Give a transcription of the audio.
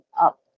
up